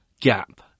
gap